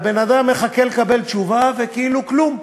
והבן-אדם מחכה לקבל תשובה וכאילו כלום.